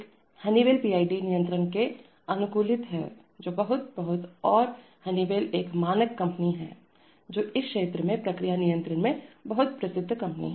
तो हम पहले एक इंडस्ट्रियल PID कंट्रोलर स्पेसिफिकेशन को देखते हैं यह एक बहुत ही विशिष्ट विनिर्देशस्पेसिफिकेशन है यह एक हनीवेल PID नियंत्रक से अनुकूलित है जो बहुत बहुत और हनीवेल एक मानक कंपनी है जो इस क्षेत्र में प्रक्रिया नियंत्रण में बहुत प्रसिद्ध कंपनी है